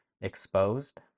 exposed